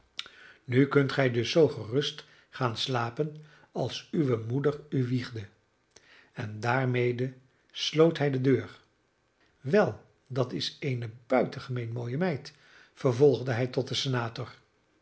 nu kunt gij dus zoo gerust gaan slapen alsof uwe moeder u wiegde en daarmede sloot hij de deur wel dat is eene buitengemeen mooie meid vervolgde hij tot den senator